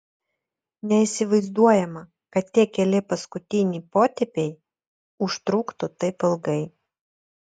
neįsivaizduojama kad tie keli paskutiniai potėpiai užtruktų taip ilgai